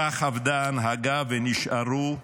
כך אבדה ההנהגה ונשארו,